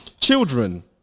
Children